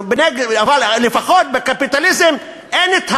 אבל לפחות בקפיטליזם אין,